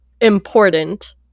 important